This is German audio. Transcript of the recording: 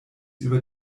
über